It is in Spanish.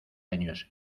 años